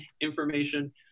information